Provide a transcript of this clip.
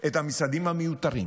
את המשרדים המיותרים